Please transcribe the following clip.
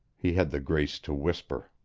he had the grace to whisper.